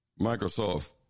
Microsoft